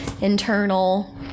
internal